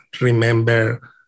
remember